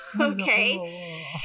okay